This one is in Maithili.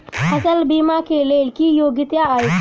फसल बीमा केँ लेल की योग्यता अछि?